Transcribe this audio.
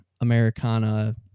Americana